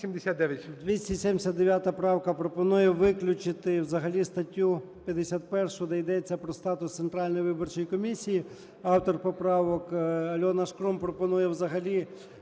279 правка пропонує виключити взагалі статтю 51, де йдеться про статус Центральної виборчої комісії. Автор поправок Альона Шкрум пропонує взагалі